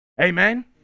Amen